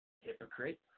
Hypocrite